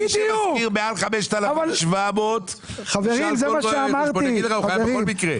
מי שמשכיר מעל 5,700 ₪ חייב בכל מקרה.